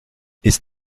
ist